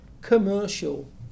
commercial